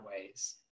ways